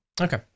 Okay